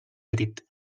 petit